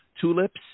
tulips